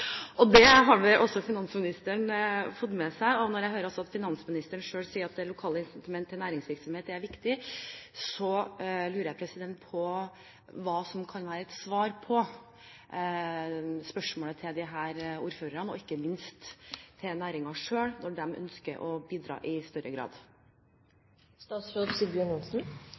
Det har vel også finansministeren fått meg seg. Når jeg hører at finansministeren selv sier at det lokale incitament til næringsvirksomhet er viktig, lurer jeg på hva som kan være et svar til disse ordførerne og ikke minst til næringen selv, når de ønsker å bidra i større